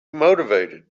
motivated